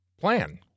plan